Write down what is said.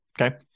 Okay